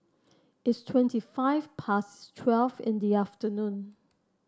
its twenty five past twelve in the afternoon